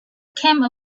came